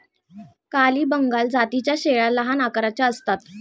काली बंगाल जातीच्या शेळ्या लहान आकाराच्या असतात